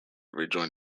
rejoined